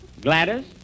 Gladys